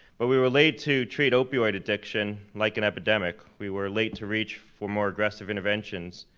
but we were late to treat opioid addiction like an epidemic, we were late to reach for more aggressive interventions,